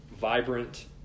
vibrant